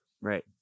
Right